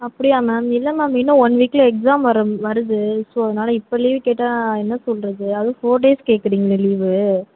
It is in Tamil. அப்படியா மேம் இல்லை மேம் இன்னும் ஒன் வீக்கில் எக்ஸாம் வரும் வருது ஸோ அதனால இப்போ லீவ் கேட்டா என்ன சொல்லுறது அதுவும் ஃபோர் டேஸ் கேட்குறீங்களே லீவு